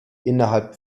innerhalb